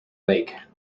lake